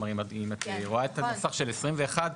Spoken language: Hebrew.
אם את רואה את הנוסח של סעיף 21,